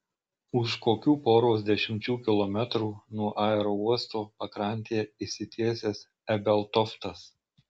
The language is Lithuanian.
už kokių poros dešimčių kilometrų nuo aerouosto pakrantėje išsitiesęs ebeltoftas